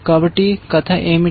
కాబట్టి కథ ఏమిటి